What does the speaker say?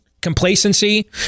complacency